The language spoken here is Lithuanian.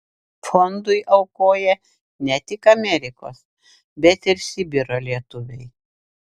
fondui aukoja ne tik amerikos bet ir sibiro lietuviai